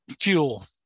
Fuel